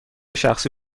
شخصی